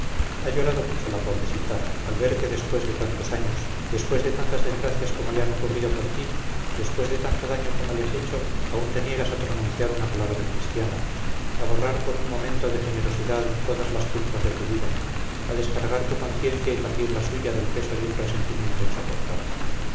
ha llorado mucho la pobrecita al ver que después de tantos años después de tantas desgracias como le han ocurrido por ti después de tanto daño como le has hecho aún te niegas a pronunciar una palabra cristiana a borrar con un momento de generosidad todas las culpas de tu vida a descargar tu conciencia y también la suya del peso de un resentimiento insoportable